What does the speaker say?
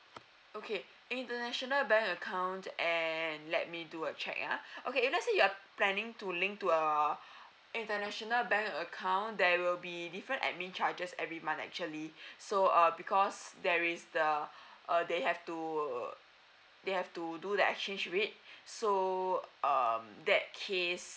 okay in~ international bank account and let me do a check yeah okay let's say you are planning to link to a international bank account there will be different admin charges every month actually so uh because there is the uh they have to they have to do the exchange rate so um that case